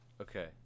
Okay